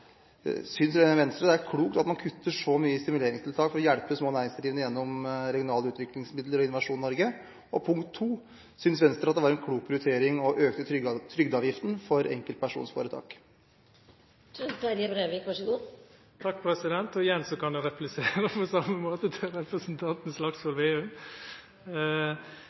Synes Venstre at det er klokt at man kutter så mye i stimuleringstiltak for å hjelpe små næringsdrivende gjennom regionalutviklingsmidler og Innovasjon Norge? Punkt to: Synes Venstre at det var en klok prioritering å øke trygdeavgiften for enkeltpersonforetak? Igjen kan eg replisera på same måten til representanten Slagsvold Vedum.